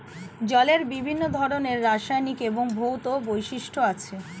জলের বিভিন্ন ধরনের রাসায়নিক এবং ভৌত বৈশিষ্ট্য আছে